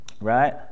right